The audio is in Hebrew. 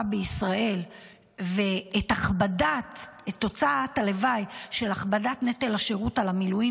בישראל ואת תוצאת הלוואי של הכבדת נטל השירות על המילואים